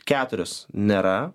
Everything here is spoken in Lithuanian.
keturios nėra